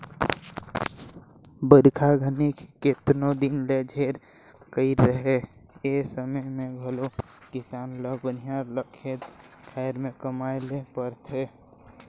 बरिखा घनी केतनो दिन ले झेर कइर रहें ए समे मे घलो किसान ल बनिहार ल खेत खाएर मे कमाए ले परथे